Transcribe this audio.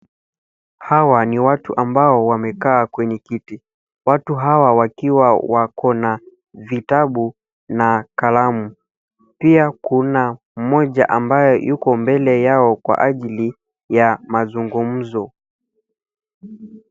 Hawa ni watu ambao wamekaa kwenye kiti. Watu hawa wakiwa wakona vitabu na kalamu. Pia kuna mmoja ambaye yuko mbele yao kwa ajili ya mazungumzo.